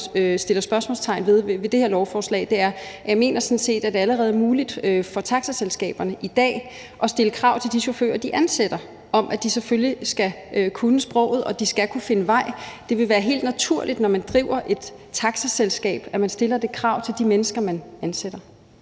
sætter spørgsmålstegn ved i det her lovforslag, er det, at det – mener jeg – sådan set allerede er muligt for taxaselskaberne i dag at stille krav til de chauffører, de ansætter, om, at de selvfølgelig skal kunne sproget, og at de skal kunne finde vej. Det vil være helt naturligt, når man driver et taxaselskab, at man stiller det krav til de mennesker, man ansætter.